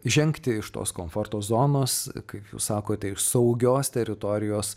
žengti iš tos komforto zonos kaip jūs sakote iš saugios teritorijos